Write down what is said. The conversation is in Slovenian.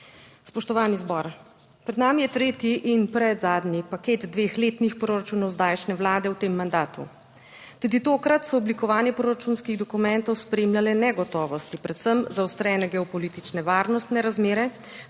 Spoštovani zbor. Pred nami je tretji in predzadnji paket dveh letnih proračunov zdajšnje Vlade v tem mandatu. Tudi tokrat so oblikovanje proračunskih dokumentov spremljale negotovosti, predvsem zaostrene geopolitične, varnostne razmere,